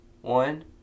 one